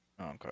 Okay